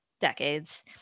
decades